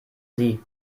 sie